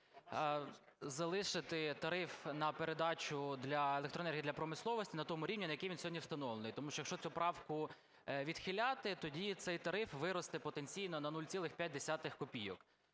залишити тариф на передачу електронної енергії для промисловості на тому рівні, на якому він сьогодні встановлений. Тому що якщо цю правку відхиляти, тоді цей тариф виросте потенційно на 0,5 копійок,